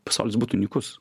pasaulis būtų nykus